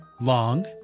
long